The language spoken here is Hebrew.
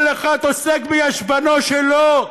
כל אחד עוסק בישבנו שלו,